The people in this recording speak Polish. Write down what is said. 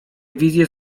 wizje